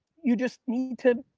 you just need to